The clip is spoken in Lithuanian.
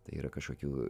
tai yra kažkokių